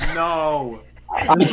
no